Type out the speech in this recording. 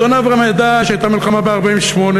אדון אברם ידע שהייתה מלחמה ב-48',